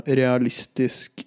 realistisk